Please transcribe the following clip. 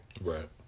Right